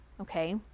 okay